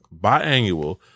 biannual